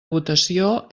votació